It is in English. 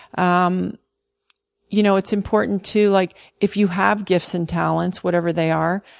um you know, it's important to, like if you have gifts and talents, whatever they are,